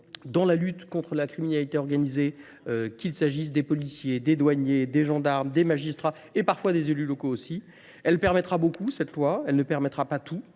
dans la lutte contre la criminalité organisée qu'il s'agisse des policiers, des douaniers, des gendarmes, des magistrats et parfois des élus locaux aussi. Elle permettra beaucoup cette loi, elle ne permettra pas tout.